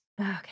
Okay